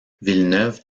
villeneuve